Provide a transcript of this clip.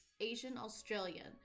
Asian-Australian